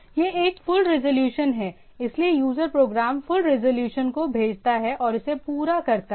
यह एक full resolution है इसलिए यूज़र प्रोग्राम फुल रिज़ॉल्यूशन को भेजता है और इसे पूरा करता है